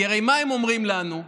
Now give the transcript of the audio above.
כי הרי מה הם אומרים לנו?